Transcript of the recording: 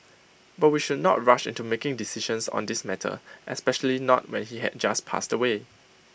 but we should not rush into making decisions on this matter especially not when he had just passed away